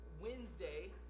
Wednesday